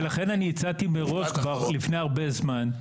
לכן אני הצעתי מראש, לפני הרבה זמן,